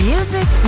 Music